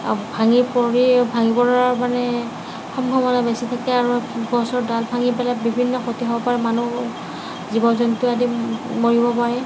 আ ভাঙি পৰি ভাঙিবৰ মানে সম্ভাৱনা বেছি থাকে আৰু গছৰ ডাল ভাঙি পেলাই বিভিন্ন ক্ষতি হ'ব পাৰে মানুহ জীৱ জন্তু আদি মৰিব পাৰে